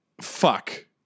Fuck